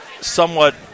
somewhat